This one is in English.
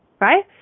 right